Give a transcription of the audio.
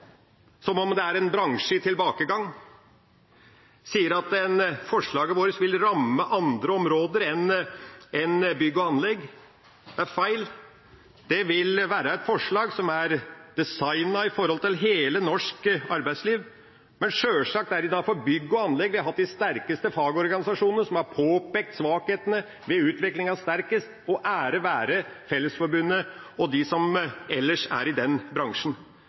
som om det er en bransje i tilbakegang – og han sier at forslaget vårt vil ramme andre områder enn bygg og anlegg. Det er feil. Det vil være et forslag som er designet for hele det norske arbeidslivet. Men sjølsagt, det er innenfor bygg og anlegg vi har hatt de sterkeste fagorganisasjonene, som har påpekt svakhetene ved utviklinga sterkest, og ære være Fellesforbundet og dem som ellers er i den bransjen.